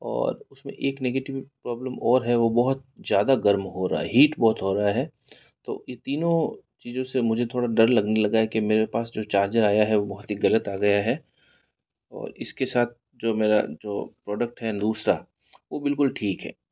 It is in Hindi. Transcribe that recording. और उस में एक नेगेटिव प्रॉब्लम और है वो बहुत ज़्यादा गर्म हो रहा है हीट बहुत हो रहा है तो ये तीनों चीज़ों से मुझे थोड़ा डर लगने लगा है कि मेरे पास जो चार्जर आया है वो बहुत ही ग़लत आ गया है और इस के साथ जो मेरा जो प्रोडक्ट है दूसारा वो बिल्कुल ठीक है